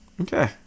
okay